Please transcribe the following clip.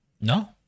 No